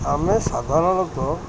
ଆମେ ସାଧାରଣତଃ